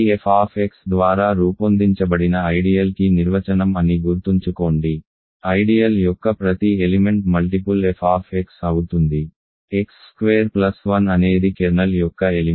ఇది f ద్వారా రూపొందించబడిన ఐడియల్ కి నిర్వచనం అని గుర్తుంచుకోండి ఐడియల్ యొక్క ప్రతి ఎలిమెంట్ మల్టిపుల్ fఅవుతుంది x స్క్వేర్ ప్లస్ 1 అనేది కెర్నల్ యొక్క ఎలిమెంట్